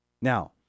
Now